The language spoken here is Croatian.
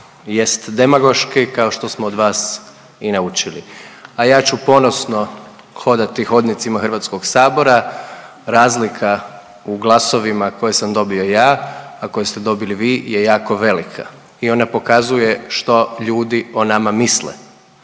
jest demagoški, kao što smo od vas i naučili. A ja ću ponosno hodati hodnicima HS-a, razlika u glasovima koje sam dobio ja, a koje ste dobili vi je jako velika i ona pokazuje što ljudi o nama misle,